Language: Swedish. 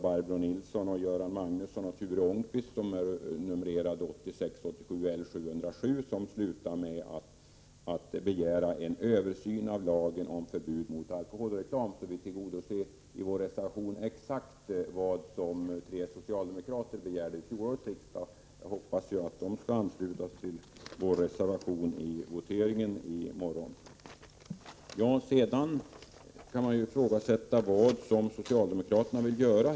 Barbro Nilsson, Göran Magnusson och Ture Ångqvist har väckt en motion med nr 1986/87:L707, som utmynnar i en begäran om översyn av lagen om förbud mot alkoholreklam. Vi tillgodoser med vår reservation exakt vad dessa tre socialdemokrater har begärt vid fjolårets riksdag. Jag hoppas att de skall ansluta sig till vår reservation vid voteringen i morgon. Sedan kan man ifrågasätta vad socialdemokraterna vill göra.